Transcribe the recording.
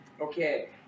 Okay